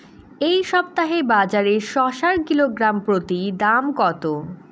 এই সপ্তাহে বাজারে শসার কিলোগ্রাম প্রতি দাম কত?